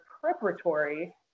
preparatory